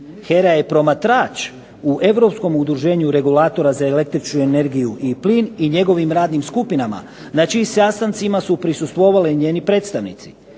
HERA je promatrač u europskom udruženju regulatora za električnu energiju i plin, i njegovim radnim skupinama, na čijim sastancima su prisustvovali i njeni predstavnici,